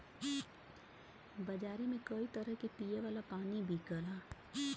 बजारे में कई तरह क पिए वाला पानी बिकला